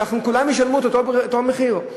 שכולם ישלמו אותו מחיר.